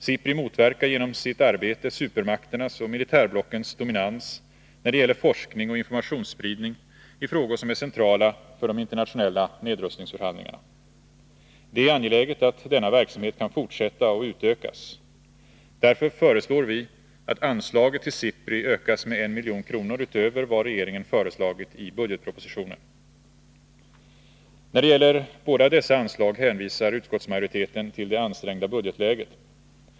SIPRI motverkar genom sitt arbete supermakternas och militärblockens dominans när det gäller forskning och informationsspridning i frågor som är centrala för de internationella nedrustningsförhandlingarna. Det är angeläget att denna verksamhet kan fortsätta och utökas. Därför föreslår vi att anslaget till SIPRI ökas med 1 milj.kr. utöver vad regeringen har föreslagit i budgetpropositionen. När det gäller båda dessa anslag hänvisar utskottsmajoriteten till det ansträngda budgetläget.